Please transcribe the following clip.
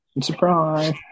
surprise